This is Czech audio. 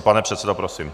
Pane předsedo, prosím.